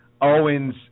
owens